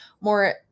more